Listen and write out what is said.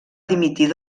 dimitir